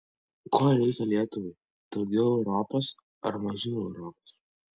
ko reikia lietuvai daugiau europos ar mažiau europos